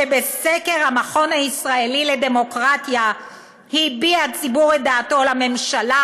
שבסקר המכון הישראלי לדמוקרטיה הביע הציבור את דעתו על הממשלה,